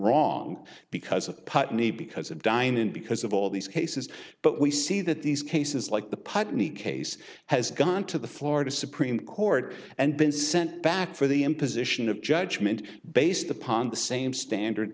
wrong because of putney because of dinon because of all these cases but we see that these cases like the putney case has gone to the florida supreme court and been sent back for the imposition of judgment based upon the same standard